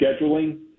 scheduling